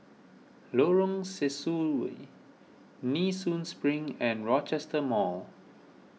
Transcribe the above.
Lorong Sesuai Nee Soon Spring and Rochester Mall